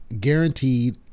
guaranteed